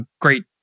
great